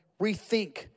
rethink